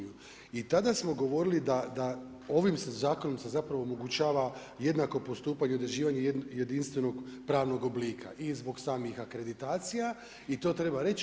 I tada smo govorili da se ovim zakonom zapravo omogućava jednako postupanje i određivanje jedinstvenog, pravnog oblika i zbog samih akreditacija i to treba reći.